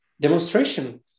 demonstration